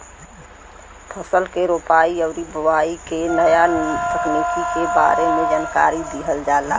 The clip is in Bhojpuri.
फसल के रोपाई आउर बोआई के नया तकनीकी के बारे में जानकारी दिहल जाला